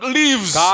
leaves